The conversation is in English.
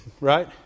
right